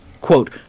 quote